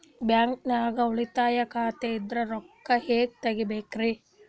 ಬ್ಯಾಂಕ್ದಾಗ ಉಳಿತಾಯ ಖಾತೆ ಇಂದ್ ರೊಕ್ಕ ಹೆಂಗ್ ತಗಿಬೇಕ್ರಿ?